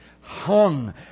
hung